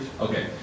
Okay